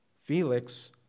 Felix